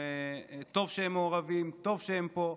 טוב שהם מעורבים, טוב שהם פה.